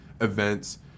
events